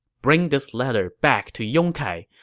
bring this letter back to yong kai.